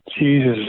Jesus